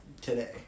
today